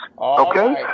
okay